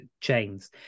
chains